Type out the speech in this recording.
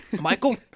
Michael